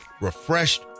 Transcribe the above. refreshed